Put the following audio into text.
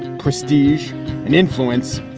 prestige and influence,